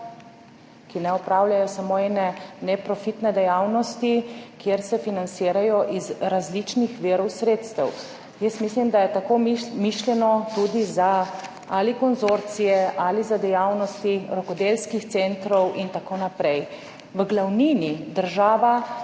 ki ne opravljajo samo ene neprofitne dejavnosti, kjer se financirajo iz različnih virov sredstev. Jaz mislim, da je tako mišljeno tudi za ali konzorcije ali za dejavnosti rokodelskih centrov in tako naprej. V glavnini država,